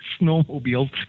snowmobiles